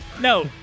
no